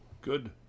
Good